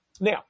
Now